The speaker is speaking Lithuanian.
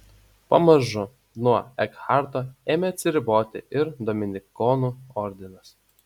pamažu nuo ekharto ėmė atsiriboti ir dominikonų ordinas